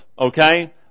okay